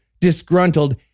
disgruntled